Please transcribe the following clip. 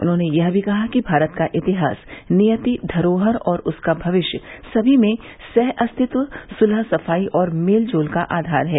उन्होंने यह भी कहा कि भारत का इतिहास नियति धरोहर और उसका भविष्य सभी में सह अस्तित्व सुलह सफाई और मेलजोल का आधार है